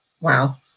wow